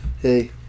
hey